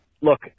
look